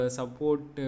support